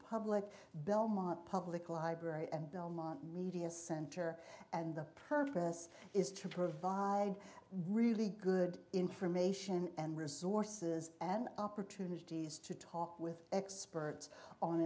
public belmont public library and belmont media center and the purpose is to provide really good information and resources and opportunities to talk with experts on